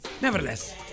Nevertheless